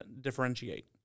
differentiate